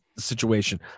situation